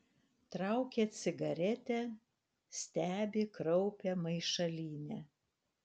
traukia cigaretę stebi kraupią maišalynę